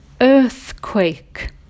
earthquake